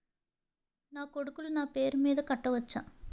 నా కొడుకులు నా పేరి మీద కట్ట వచ్చా?